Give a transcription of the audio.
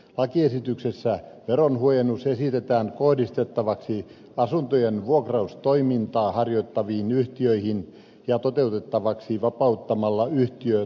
lakiesityksessä veronhuojennus esitetään kohdistettavaksi asuntojen vuokraustoimintaa harjoittaviin yhtiöihin ja toteutettavaksi vapauttamalla yhtiö tuloverosta